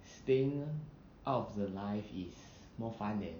staying out of the life is more fun than